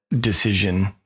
decision